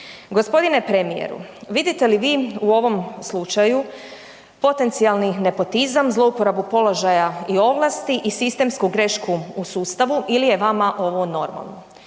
G. premijeru, vidite li vi u ovom slučaju potencijalni nepotizam, zlouporabu položaju i ovlasti i sistemsku grešku u sustavu ili je vama ovo normalno?